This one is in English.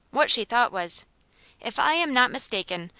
what she thought was if i am not mistaken,